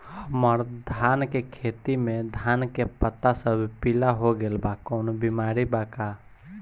हमर धान के खेती में धान के पता सब पीला हो गेल बा कवनों बिमारी बा का?